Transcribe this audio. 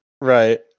Right